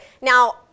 Now